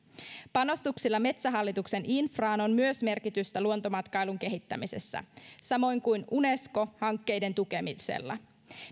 panostuksilla metsähallituksen infraan on myös merkitystä luontomatkailun kehittämisessä samoin kuin unesco hankkeiden tukemisella